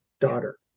daughter